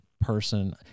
person